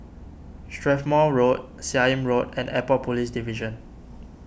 Strathmore Road Seah Im Road and Airport Police Division